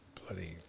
bloody